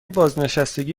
بازنشستگی